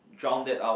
drown that out